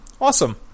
Awesome